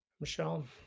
Michelle